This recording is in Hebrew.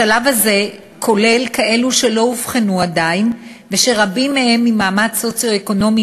השלב הזה כולל כאלה שלא אובחנו עדיין ושרבים מהם ממעמד סוציו-אקונומי